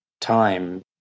time